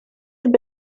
have